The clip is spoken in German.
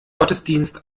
gottesdienst